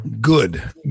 Good